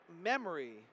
memory